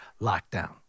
lockdown